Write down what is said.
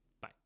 Bye